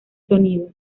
sonido